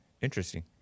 interesting